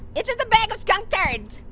it's just a bag of skunk turds.